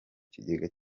kigega